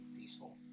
peaceful